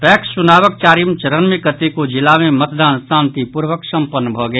PACS चुनावक चारिम चरण मे कतेको जिला मे मतदान शांतिपूर्वक सम्पन्न भऽ गेल